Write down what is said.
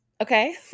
Okay